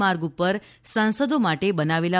માર્ગ ઉપર સાંસદો માટે બનાવેલા